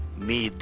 me,